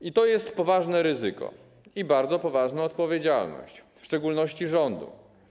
I to jest poważne ryzyko i bardzo duża odpowiedzialność, w szczególności rządu.